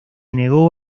negó